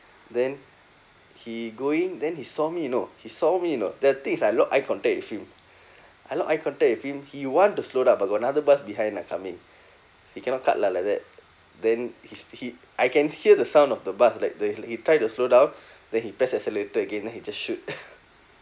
then he going then he saw me you know he saw me you know the thing is I lock eye contact with him I lock eye contact with him he want to slow down but got another bus behind ah coming he cannot cut lah like that then his he I can hear the sound of the bus like the he try to slow down then he press accelerator again then he just shoot